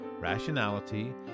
rationality